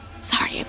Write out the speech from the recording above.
Sorry